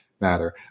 matter